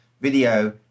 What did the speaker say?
video